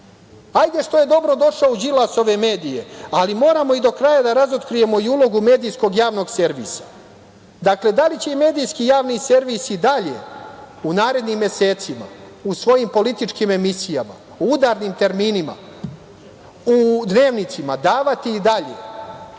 što je dobro došao u Đilasove medije, ali moramo i do kraja da razotkrijemo i ulogu medijskog javnog servisa. Dakle, da li će medijski javni servis i dalje, u narednim mesecima, u svojim političkim emisijama, u udarnim terminima, u dnevnicima davati i dalje,